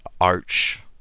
arch